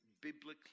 biblically